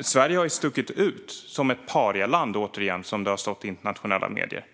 Sverige har stuckit ut som ett parialand, som det har stått i internationella medier.